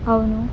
అవును